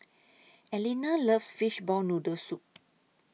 Eleanor loves Fishball Noodle Soup